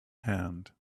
hand